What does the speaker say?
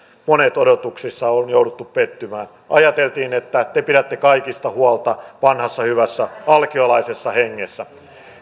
monissa odotuksissa on jouduttu pettymään ajateltiin että te pidätte kaikista huolta vanhassa hyvässä alkiolaisessa hengessä